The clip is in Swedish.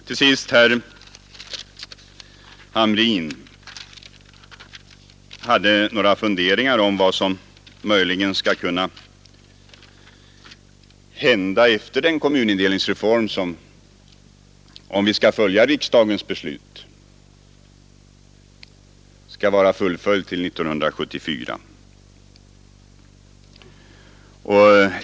Herr Hamrin, till sist, hade några funderingar om vad som kan komma att hända efter den kommunindelningsreform som, om vi skall följa riksdagens beslut, skall vara genomförd till år 1974.